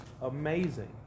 amazing